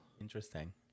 Interesting